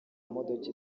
modoka